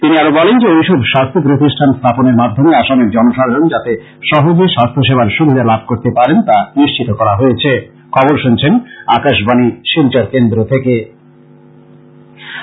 তিনি আরো বলেন যে ঐসব স্বাস্থ্য প্রতিষ্ঠান স্থাপনের মাধ্যমে আসামের জনসাধারণ যাতে সহজে স্বাস্থ্যসেবার সুবিধা লাভ করতে পারে তা নিশ্চিত করতে চাওয়া হয়েছে